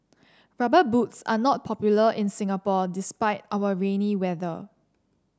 rubber boots are not popular in Singapore despite our rainy weather